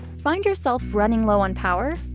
find yourself running low on power?